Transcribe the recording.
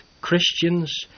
Christians